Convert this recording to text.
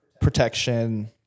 Protection